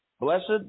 Blessed